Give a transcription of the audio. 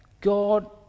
god